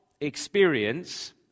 experience